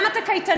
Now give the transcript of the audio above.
גם את הקייטנות,